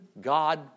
God